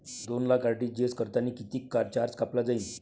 दोन लाख आर.टी.जी.एस करतांनी कितीक चार्ज कापला जाईन?